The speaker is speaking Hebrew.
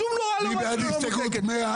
שום לא היה --- ומי בעד הסתייגות 178?